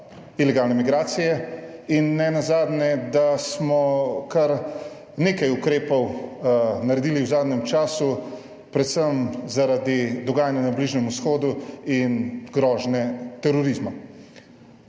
ilegalne migracije in nenazadnje, da smo kar nekaj ukrepov naredili v zadnjem času predvsem zaradi dogajanja na Bližnjem vzhodu in grožnje terorizma.